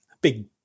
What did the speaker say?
big